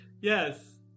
Yes